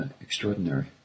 extraordinary